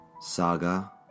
Saga